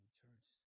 church